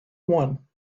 one